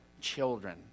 children